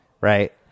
right